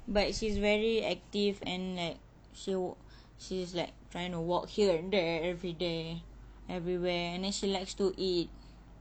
but she's very active and like she will she's like trying to walk here and there every day everywhere and then she likes to eat